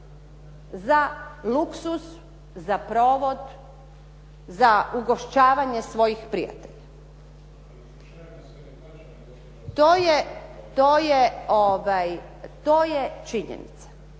za luksuz, za provod, za ugošćavanje svojih prijatelja. To je činjenica.